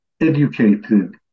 educated